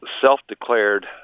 self-declared